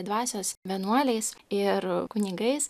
dvasios vienuoliais ir kunigais